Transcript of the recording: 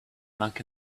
monk